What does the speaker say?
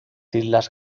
islas